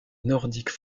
nordique